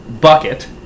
bucket